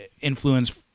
influence